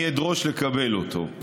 אני אדרוש לקבל אותו,